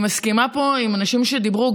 אני מסכימה פה עם אנשים שדיברו,